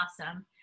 awesome